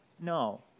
no